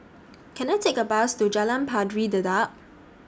Can I Take A Bus to Jalan Pari Dedap